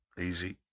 Easy